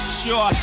sure